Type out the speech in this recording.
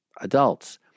adults